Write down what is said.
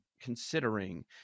considering